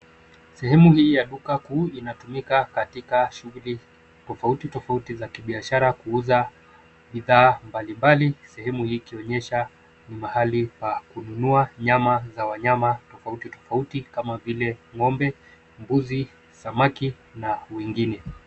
Sehemu hii ya duka kuu inatumika katika shughuli tofauti tofauti za kibiashara kuuza bidhaa mbalimbali, sehemu hii ikionyesha ni mahali pa kununua nyama za wanyama tofauti tofauti kama vile ng'ombe, mbuzi, samaki na wengine.